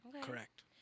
correct